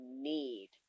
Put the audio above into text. need